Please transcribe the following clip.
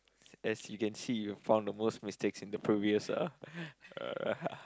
as you can see you have from the most mistakes in the previous uh uh